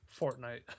Fortnite